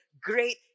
Great